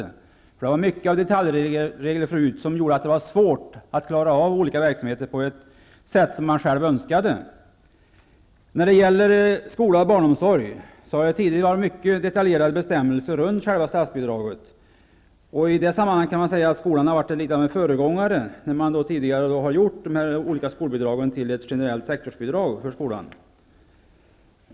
Vi hade tidigare mycket av detaljregler som gjorde det svårt att klara av olika verksamheter på ett sätt som man själv önskade. När det gäller skola och barnomsorg var det tidigare mycket detaljerade bestämmelser runt statsbidraget. I det sammanhanget kan man säga att skolan varit något av en föregångare när man gjorde om de olika skolbidragen till ett generellt sektorsbidrag för skolan.